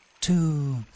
two